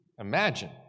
Imagine